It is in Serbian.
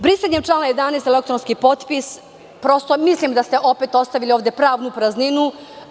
Brisanjem člana 11. – elektronski potpis, mislim da ste opet ostavili ovde pravnu prazninu.